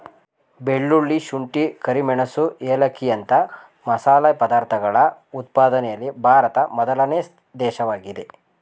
ಬೆಳ್ಳುಳ್ಳಿ, ಶುಂಠಿ, ಕರಿಮೆಣಸು ಏಲಕ್ಕಿಯಂತ ಮಸಾಲೆ ಪದಾರ್ಥಗಳ ಉತ್ಪಾದನೆಯಲ್ಲಿ ಭಾರತ ಮೊದಲನೇ ದೇಶವಾಗಿದೆ